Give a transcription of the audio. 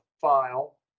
file